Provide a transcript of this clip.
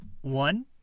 One